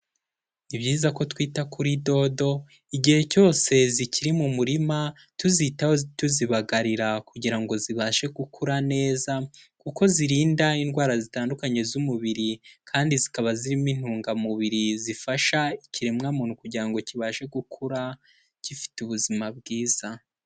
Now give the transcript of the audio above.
Ni byiza ko twita kuri dodo igihe cyose zikiri mu murima tuzitaho tuzibagarira kugira ngo zibashe gukura neza kuko zirinda indwara zitandukanye z'umubiri kandi zikaba zirimo intungamubiri zifasha ikiremwamuntu kugira ngo kibashe gukura gifite ubuzima bwiza.